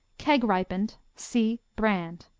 keg-ripened see brand.